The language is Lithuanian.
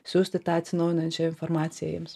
siųsti tą atsinaujinančią informaciją jiems